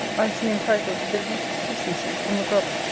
i see entitled to the least decency from a brother,